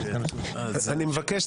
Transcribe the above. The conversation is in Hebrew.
אני מבקש,